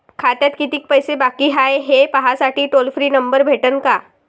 खात्यात कितीकं पैसे बाकी हाय, हे पाहासाठी टोल फ्री नंबर भेटन का?